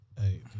Hey